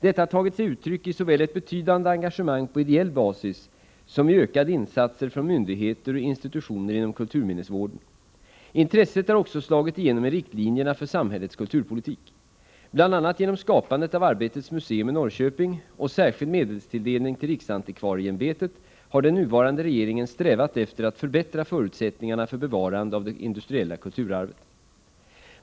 Detta har tagit sig uttryck i såväl ett betydande engagemang på ideell basis som i ökade insatser från myndigheter och institutioner inom kulturminnesvården. Intresset har också slagit igenom i riktlinjerna för samhällets kulturpolitik. Bl.a. genom skapandet av Arbetets museum i Norrköping och särskild medelstilldelning till riksantikvarieämbetet har den nuvarande regeringen strävat efter att förbättra förutsättningarna för bevarande av det industriella kulturarvet.